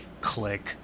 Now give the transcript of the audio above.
Click